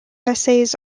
essays